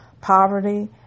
poverty